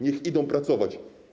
Niech idą pracować.